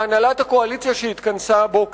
שהנהלת הקואליציה שהתכנסה הבוקר,